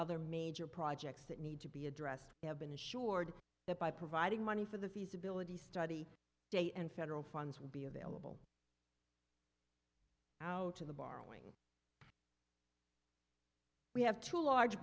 other major projects that need to be addressed have been assured that by providing money for the feasibility study date and federal funds will be available out to the borrowing we have two large